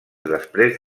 després